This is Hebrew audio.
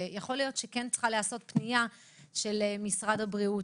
יכול להיות שכן צריכה להיעשות פנייה של משרד הבריאות,